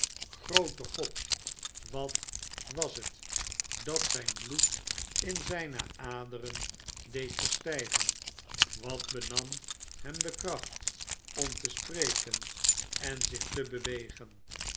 oroote god wat was het dat zijn bloed in zijne aderen deed verstijven wat benam hem de kracht om te spreken en zich te bewegen